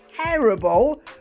terrible